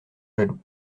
jaloux